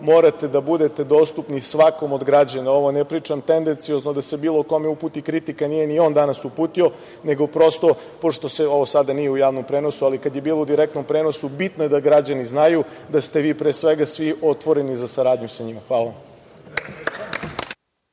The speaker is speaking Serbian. morate da budete dostupni svakom od građana. Ovo ne pričam tendenciozno da se bilo kome uputi kritika, nije ni on danas uputio, nego prosto, ovo sada nije u javnom prenosu, ali kada je bilo u direktnom prenosu, bitno je da građani znaju da ste vi, pre svega, svi otvoreni za saradnju sa sima. Hvala.